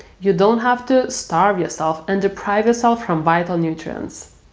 you don't have to starve yourself and deprive yourself from vital nutrients.